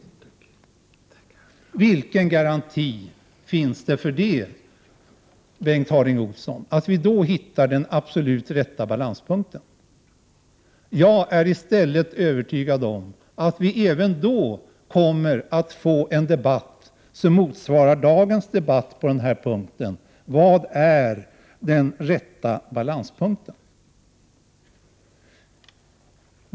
Vilken garanti finns det, Bengt Harding Olson, för att vi då hittar den absolut rätta balanspunkten? Jag är i stället övertygad om att vi även då kommer att få en debatt motsvarande den vi haft i dag på denna punkt: Vad är den rätta balanspunkten?